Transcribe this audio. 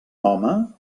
home